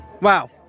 Wow